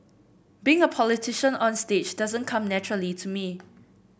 being a politician onstage doesn't come naturally to me